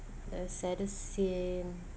the saddest scene